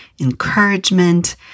encouragement